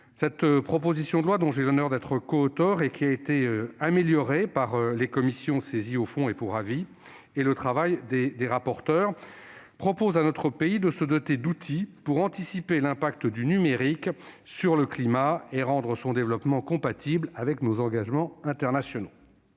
Le présent texte, dont j'ai l'honneur d'être coauteur et qui a été amélioré par la commission au fond et celle saisie pour avis ainsi que par le travail des rapporteurs, prévoit que notre pays se dote d'outils pour anticiper l'impact du numérique sur le climat et rendre son développement compatible avec nos engagements internationaux.